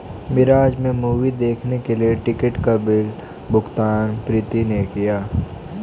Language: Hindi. मिराज में मूवी देखने के लिए टिकट का बिल भुगतान प्रीति ने किया